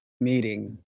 meeting